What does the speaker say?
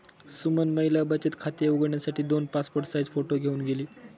सुमन महिला बचत खाते उघडण्यासाठी दोन पासपोर्ट साइज फोटो घेऊन गेली